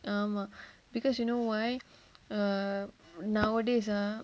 um because you know why err nowadays ah